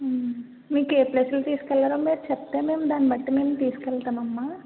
మీకే ప్లేసులకి తీసుకెళ్లాలో మీరు చెప్తే దాని బట్టి మేము తీసుకెళ్తామమ్మా